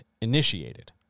initiated